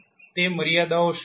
તે મર્યાદાઓ શું છે